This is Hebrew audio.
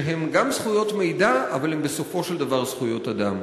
שהן גם זכויות מידע אבל הן בסופו של דבר זכויות אדם,